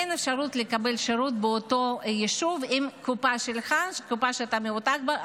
אין אפשרות לקבל שירות באותו יישוב אם הקופה שאתה מבוטח בה,